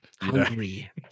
Hungry